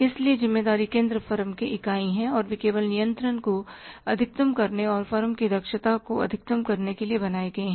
इसलिए ज़िम्मेदारी केंद्र फर्म के इकाई हैं और वे केवल नियंत्रण को अधिकतम करने और फर्म की दक्षता को अधिकतम करने के लिए बनाए गए हैं